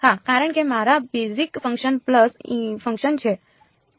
હા કારણ કે મારા બેઝિક ફંક્શન પલ્સ ફંક્શન છે